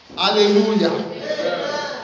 Hallelujah